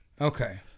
Okay